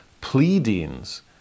Pleadings